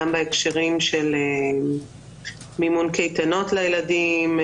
גם בהקשרים של מימון קייטנות לילדים,